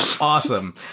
awesome